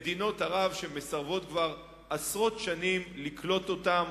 מדינות ערב שמסרבות כבר עשרות שנים לקלוט אותם